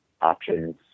options